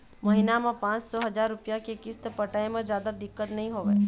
महिना म पाँच सौ, हजार रूपिया के किस्त पटाए म जादा दिक्कत नइ होवय